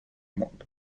mondo